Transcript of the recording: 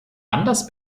anders